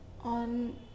on